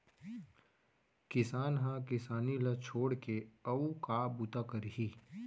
किसान ह किसानी ल छोड़ के अउ का बूता करही